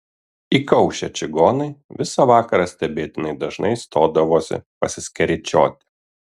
įkaušę čigonai visą vakarą stebėtinai dažnai stodavosi pasiskeryčioti